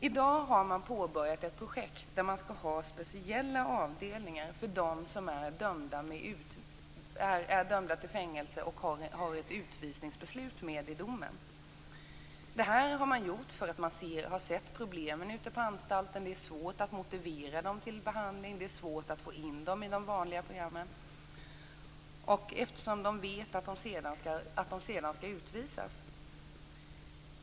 I dag har man påbörjat ett projekt med speciella avdelningar för dem som är dömda till fängelse och som har ett utvisningsbeslut med i domen. Det har man gjort därför att man har sett problemen ute på anstalterna. Det är svårt att motivera de här personerna till behandling och det är svårt att få in dem i de vanliga programmen därför att de vet att de sedan skall utvisas.